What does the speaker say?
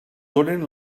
donen